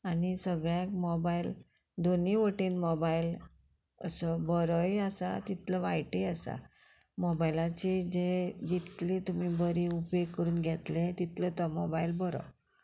आनी सगळ्याक मोबायल दोनी वटेन मोबायल असो बरोय आसा तितलो वायटूय आसा मोबायलाचे जे जितली तुमी बरी उपेग करून घेतले तितलो तो मोबायल बरो